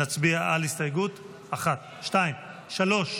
נצביע על הסתייגות 1, 2 ו-3.